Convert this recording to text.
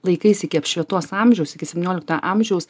laikais iki apšvietos amžiaus iki septyniolikto amžiaus